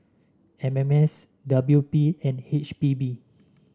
M M S W P and H P B